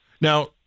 Now